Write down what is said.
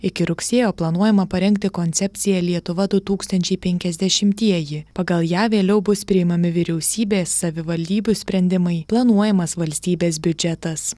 iki rugsėjo planuojama parengti koncepciją lietuva du tūkstančiai penkiasdešimtieji pagal ją vėliau bus priimami vyriausybės savivaldybių sprendimai planuojamas valstybės biudžetas